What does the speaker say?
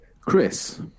Chris